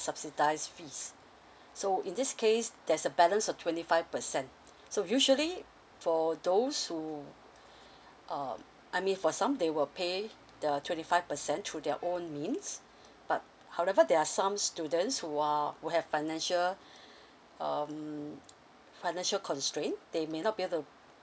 subsidized fees so in this case there's a balance of twenty five percent so usually for those who um I mean for some they will pay the twenty five percent through their own means but however there are some students who are who have financial um financial constrain they may not be able to